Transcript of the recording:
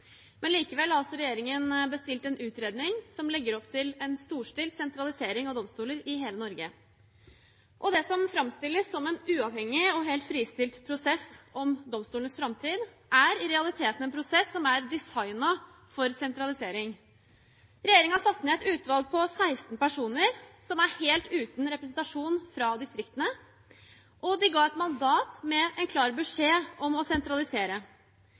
hele Norge. Det som framstilles som en uavhengig og helt fristilt prosess om domstolenes framtid, er i realiteten en prosess som er designet for sentralisering. Regjeringen har satt ned et utvalg på 16 personer, som er helt uten representasjon fra distriktene, og gitt et mandat med en klar beskjed om å sentralisere.